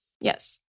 Yes